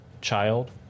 child